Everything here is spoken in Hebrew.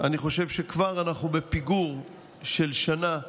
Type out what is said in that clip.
אני חושב שאנחנו כבר בפיגור של שנה,